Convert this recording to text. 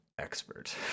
expert